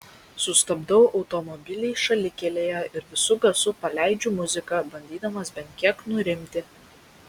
sustabdau automobilį šalikelėje ir visu garsu paleidžiu muziką bandydamas bent kiek nurimti